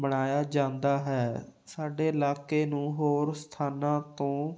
ਬਣਾਇਆ ਜਾਂਦਾ ਹੈ ਸਾਡੇ ਇਲਾਕੇ ਨੂੰ ਹੋਰ ਸਥਾਨਾਂ ਤੋਂ